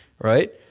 right